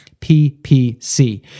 PPC